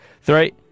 Three